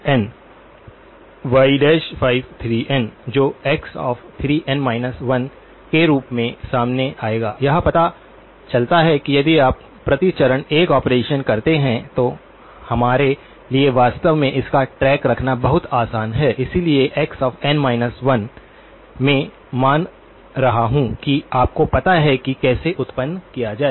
y5n y53n जो x 3n 1 के रूप में सामने आएगा यह पता चलता है कि यदि आप प्रति चरण एक ऑपरेशन करते हैं तो हमारे लिए वास्तव में इसका ट्रैक रखना बहुत आसान है इसलिए x n 1 मैं मान रहा हूं कि आपको पता है कि कैसे उत्पन्न किया जाए